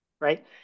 right